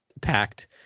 packed